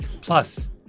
Plus